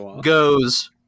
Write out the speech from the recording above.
goes